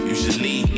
Usually